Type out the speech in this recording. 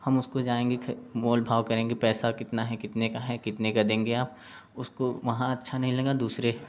हम उसको जाएंगे मोल भाव करेंगे पैसा कितना है कितने का है कितने का देंगे आप उसको वहाँ अच्छा नहीं लगा दूसरे